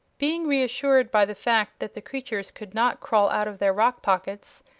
being reassured by the fact that the creatures could not crawl out of their rock-pockets,